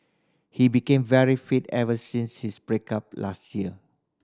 he became very fit ever since his break up last year